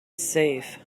safe